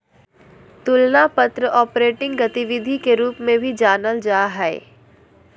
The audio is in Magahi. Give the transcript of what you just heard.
तुलना पत्र के ऑपरेटिंग गतिविधि के रूप में भी जानल जा हइ